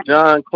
John